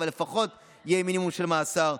אבל לפחות יהיה מינימום של מאסר.